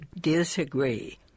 disagree